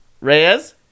Reyes